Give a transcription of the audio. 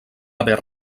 haver